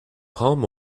palm